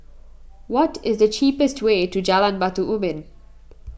what is the cheapest way to Jalan Batu Ubin